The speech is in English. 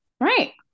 Right